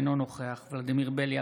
אינו נוכח ולדימיר בליאק,